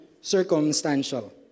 circumstantial